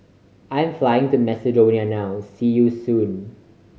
I'm flying to Macedonia now see you soon